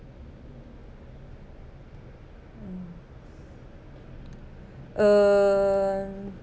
mm uh